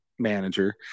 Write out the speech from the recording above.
manager